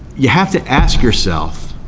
you have to ask yourself,